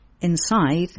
inside